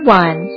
one